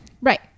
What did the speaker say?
Right